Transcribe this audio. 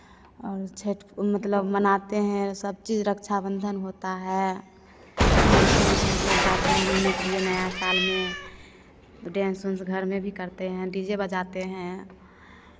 और छठ मतलब मनाते हैं सब चीज़ रक्षा बंधन होता है घूमते हैं मतलब जाते हैं घूमने के लिए नया साल में तो डांस ऊंस घर में भी करते हैं डी जे बजाते हैं